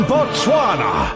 Botswana